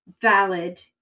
valid